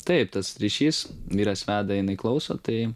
taip tas ryšys vyras veda jinai klauso tai